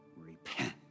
repent